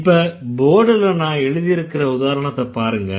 இப்ப போர்டுல நான் எழுதியிருக்கற உதாரணத்தப் பாருங்க